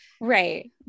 Right